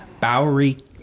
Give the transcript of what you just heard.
Bowery